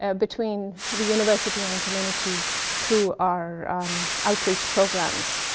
ah between the university and community through our outreach programs.